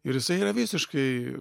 ir jisai yra visiškai